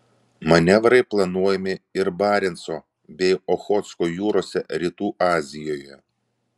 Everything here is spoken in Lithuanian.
manevrai planuojami ir barenco bei ochotsko jūrose rytų azijoje